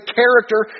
character